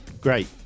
great